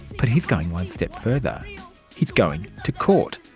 but he's going one step further he's going to court.